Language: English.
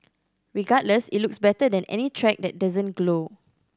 regardless it looks better than any track that doesn't glow